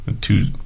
two